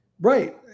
right